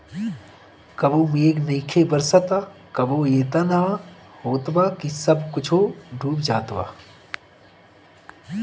कबो मेघ नइखे बरसत आ कबो एतना होत बा कि सब कुछो डूब जात बा